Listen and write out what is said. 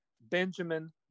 Benjamin